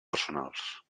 personals